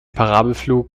parabelflug